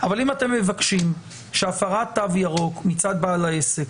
אבל אם אתם מבקשים שהפרת תו ירוק מצד בעל העסק